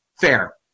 Fair